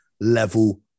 level